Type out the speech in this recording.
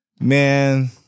Man